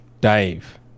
Dave